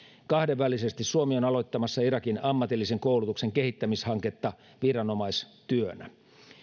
kahdenvälisesti suomi on aloittamassa irakin ammatillisen koulutuksen kehittämishanketta viranomaistyönä